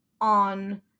on